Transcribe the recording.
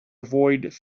avoid